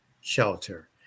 shelter